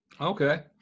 Okay